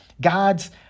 God's